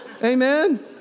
Amen